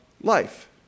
life